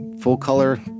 full-color